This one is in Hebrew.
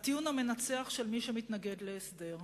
הטיעון המנצח של מי שמתנגד להסדר.